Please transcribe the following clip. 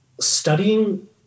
studying